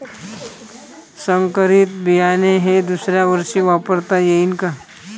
संकरीत बियाणे हे दुसऱ्यावर्षी वापरता येईन का?